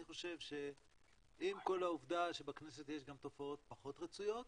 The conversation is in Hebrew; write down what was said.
אני חושב שעם כל העובדה שבכנסת יש גם תופעות פחות רצויות